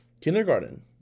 kindergarten